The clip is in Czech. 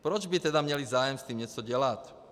Proč by tedy měli zájem s tím něco dělat?